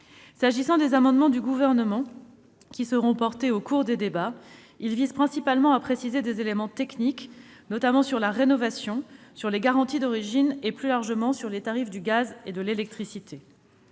possible. Les amendements que le Gouvernement défendra au cours des débats visent principalement à préciser des éléments techniques, notamment sur la rénovation, sur les garanties d'origines et, plus largement, sur les tarifs du gaz et de l'électricité.